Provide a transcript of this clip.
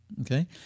Okay